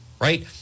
Right